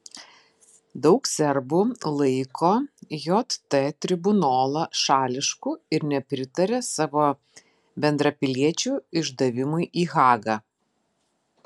daug serbų laiko jt tribunolą šališku ir nepritaria savo bendrapiliečių išdavimui į hagą